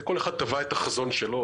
וכל אחד טבע את החזון שלו,